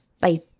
bye